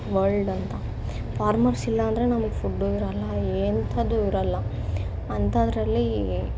world ಅಂತ farmers ಇಲ್ಲಾಂದ್ರೆ ನಮ್ಗೆ ಫುಡ್ಡು ಇರಲ್ಲ ಎಂಥದ್ದು ಇರಲ್ಲ ಅಂಥದ್ರಲ್ಲಿ